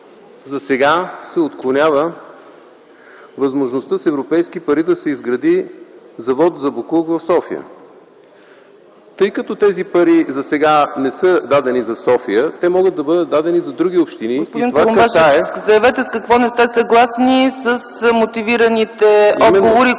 засега се отклонява възможността с европейски пари да се изгради завод за боклук в София. Тъй като тези пари засега не са дадени за София, те могат да бъдат дадени за други общини и това касае... ПРЕДСЕДАТЕЛ ЦЕЦКА ЦАЧЕВА: Господин Курумбашев, заявете с какво не сте съгласни с мотивираните отговори,